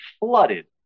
flooded